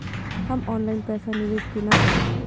हम ऑनलाइन पैसा निवेश केना करब?